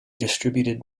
distributed